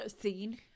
scene